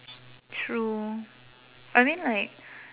true I mean like